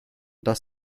das